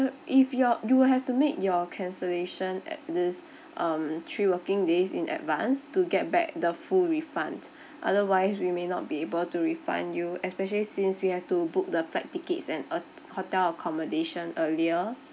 if you're you will have to make your cancellation at least um three working days in advance to get back the full refund otherwise we may not be able to refund you especially since we have to book the flight tickets and uh hotel accommodation earlier